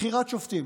בחירת שופטים.